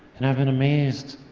and i've been amazed,